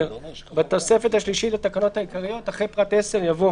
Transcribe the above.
10. בתוספת השלישית לתקנות העיקריות - (1) אחרי פרט (10) יבוא: